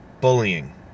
bullying